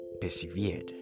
persevered